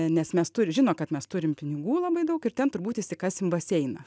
nes mes turi žino kad mes turim pinigų labai daug ir ten turbūt išsikasim baseiną